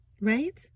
right